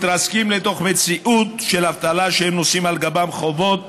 מתרסקים לתוך מציאות של אבטלה כשהם נושאים על גבם חובות